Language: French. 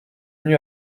venu